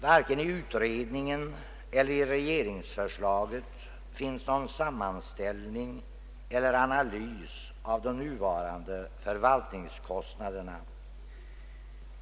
Varken i utredningen eller i regeringsförslaget finns någon sammanställning eller analys av de nuvarande förvaltningskostnaderna.